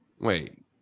wait